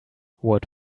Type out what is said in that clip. what